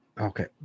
Okay